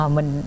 Mình